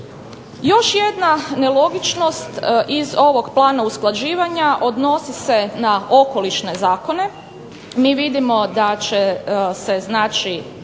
Još jedna nelogičnost iz ovog plana usklađivanja odnosi se na okolišne zakone. Mi vidimo da će se tijekom